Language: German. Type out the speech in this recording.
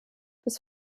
bis